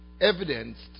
evidenced